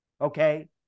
Okay